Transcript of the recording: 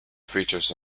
features